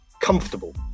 comfortable